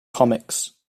comics